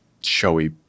showy